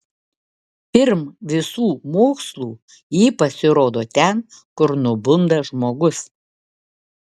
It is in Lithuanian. pirm visų mokslų ji pasirodo ten kur nubunda žmogus